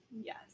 yes